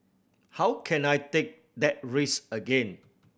how can I take that risk again